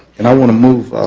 and i want to move,